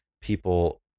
people